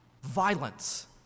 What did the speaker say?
Violence